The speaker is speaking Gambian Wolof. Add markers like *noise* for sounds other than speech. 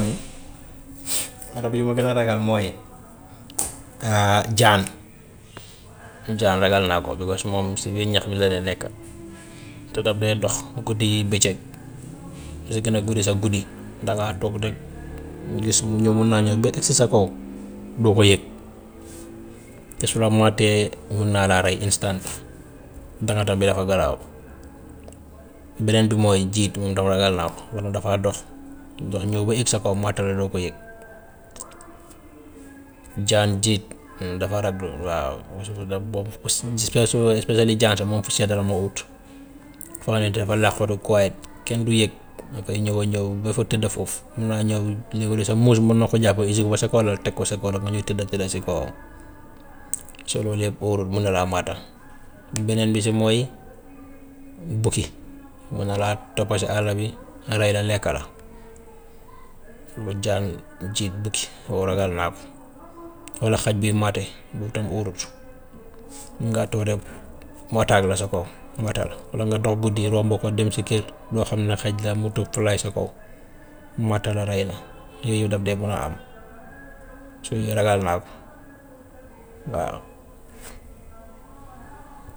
*noise* rab yi ma gën a ragal mooy *hesitation* jaan, jaan ragal naa ko, because moom si biir ñax bi la dee nekka *noise* te daf dee dox guddi, bëccëg, *noise* lu si gën a bari sax guddi, *noise* dangaa toog rek *noise* gis mu ñë- mun naa ñëw ba egg si sa kaw *noise* doo ko yëg, te su la màttee mun naa laa rey instant, dangata bi dafa garaaw. Beneen bi mooy jiit moom tam ragal naa ko, moom dafaa dox *noise* mu dox ñëw ba éeg sa kaw màt la doo ko yëg. *noise* Jaan, jiit dafa rablu waaw, *hesitation* specially jaan moom fu sedd la ma ut *noise* fa lay daf fa laqatu waaye kenn du yëg, da koy ñëw a ñëw ba fa tëdd foofu, mun naa ñëw, ñëw sa muus mun na ko jàpp egg si ba sa kaw lal teg ko sa kaw lal nga ñëw tëdda tëdda si kawam. *noise* So loolu lépp wóorul mun na laa màtta. *noise* beneen bi si mooy *noise* bukki mun na laa topp si àll bi rey la lekk la. *noise* Jaan, jiit, bukki loolu ragal naa ko, walla xaj buy màtte boobu tam óorut, mun ngaa toog rek mu attaque la sa kaw màtt la, walla nga dox guddi romb ko dem si kër doo xam ne xaj la mu tëb *unintelligible* sa kaw màtt la rey la *noise* yooyu yëpp daf dee mun a am *noise* so yooyu ragal naa ko, waaw. *noise*